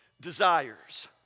Desires